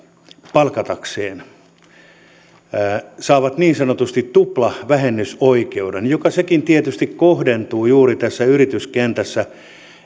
palkatakseen niin sanotusti tuplavähennysoikeuden joka sekin tietysti kohdentuu juuri tässä yrityskentässä